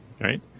right